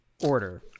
order